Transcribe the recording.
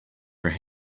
her